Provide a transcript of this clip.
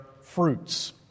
fruits